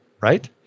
right